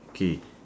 okay